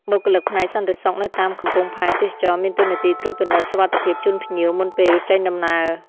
បុគ្គលិកផ្នែកសន្តិសុខនៅតាមកំពង់ផែទេសចរណ៍មានតួនាទីត្រួតពិនិត្យសុវត្ថិភាពជូនភ្ញៀវមុនពេលចេញដំណើរ។